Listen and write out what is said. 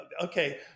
okay